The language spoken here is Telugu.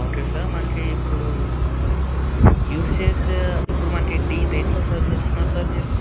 ఓకే సార్ మనకి ఇప్పుడు యూస్ చేసే ఇప్పుడు మనకి దేంట్లో సర్వ్ చేస్తున్నారు సార్ మీరు